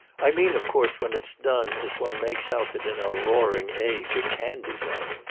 i mean of course when it's done as one makes out that in our roaring age, it can be done.